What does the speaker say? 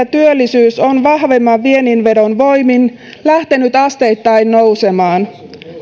työllisyys on vahvemman viennin vedon voimin lähtenyt asteittain nousemaan